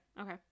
okay